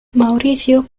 mauricio